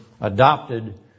adopted